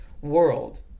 world